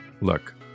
Look